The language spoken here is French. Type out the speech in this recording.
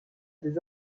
des